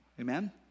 Amen